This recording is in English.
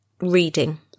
reading